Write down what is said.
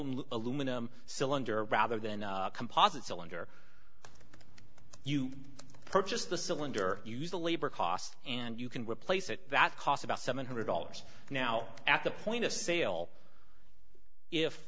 the aluminum cylinder rather than composite cylinder you purchased the cylinder use the labor cost and you can replace it that cost about seven hundred dollars now at the point of sale if